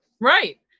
right